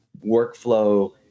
workflow